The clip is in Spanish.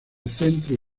centro